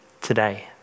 today